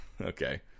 Okay